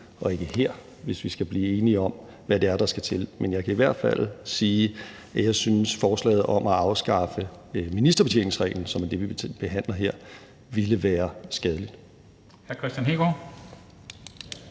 og ikke her, hvis vi skal blive enige om, hvad det er, der skal til. Men jeg kan i hvert fald sige, at jeg synes, at forslaget om at afskaffe ministerbetjeningsreglen, som er det, vi behandler her, ville være skadeligt.